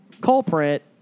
culprit